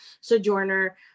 Sojourner